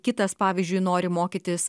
kitas pavyzdžiui nori mokytis